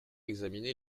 examiné